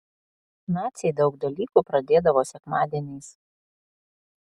naciai daug dalykų pradėdavo sekmadieniais